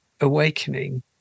awakening